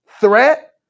threat